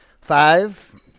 Five